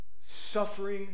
suffering